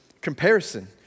comparison